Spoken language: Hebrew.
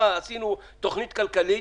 עשינו תכנית כלכלית,